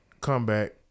comeback